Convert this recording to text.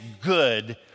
good